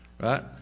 right